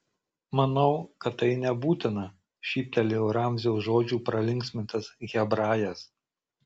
manau kad tai nebūtina šyptelėjo ramzio žodžių pralinksmintas hebrajas